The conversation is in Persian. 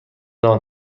زمان